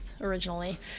originally